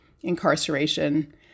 incarceration